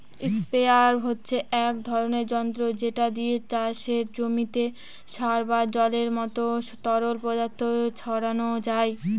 sprayer হচ্ছে এক ধরণের যন্ত্র যেটা দিয়ে চাষের জমিতে সার বা জলের মত তরল পদার্থ ছড়ানো যায়